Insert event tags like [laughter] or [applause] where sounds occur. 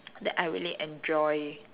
[noise] that I really enjoy